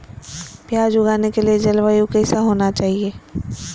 प्याज उगाने के लिए जलवायु कैसा होना चाहिए?